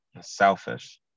selfish